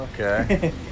Okay